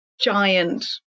giant